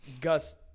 Gus